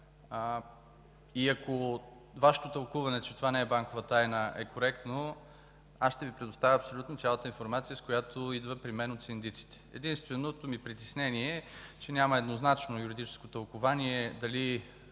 и ако Вашето тълкуване, че това не е банкова тайна, е коректно, аз ще Ви предоставя абсолютно цялата информация, която идва при мен от синдиците. Единственото ми притеснение е, че няма еднозначно юридическо тълкувание дали